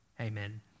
Amen